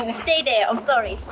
ah stay there. i'm sorry.